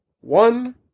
one